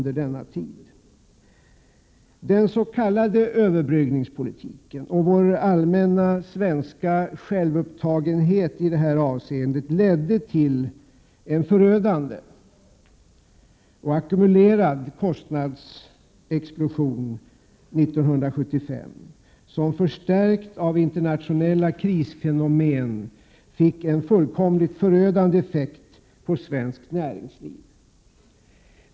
Den s.k. överbryggningspolitiken och vår allmänna svenska självupptagenhet i detta avseende ledde till en förödande och ackumulerad kostnadsexplosion 1975 som, förstärkt av internationella krisfenomen, fick en fullkomligt förödande effekt på svenskt näringsliv.